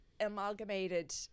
amalgamated